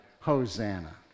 Hosanna